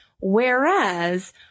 Whereas